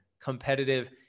competitive